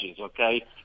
okay